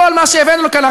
כל מה שהבאנו לכאן.